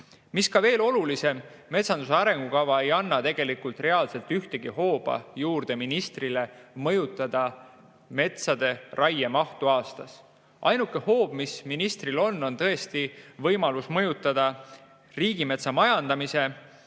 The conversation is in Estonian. Mis veel olulisem, metsanduse arengukava ei anna tegelikult reaalselt ühtegi hooba juurde ministrile mõjutada metsade raiemahtu aastas. Ainuke hoob, mis on ministril, on võimalus mõjutada riigimetsa majandamise